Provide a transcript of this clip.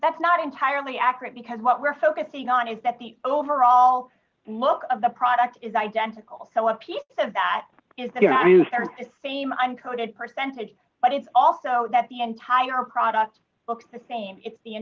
that's not entirely accurate because what we're focusing on is that the overall look of the product is identical so a piece of that is there you start the same uncoded percentage but it's also that the entire product looks the same it's the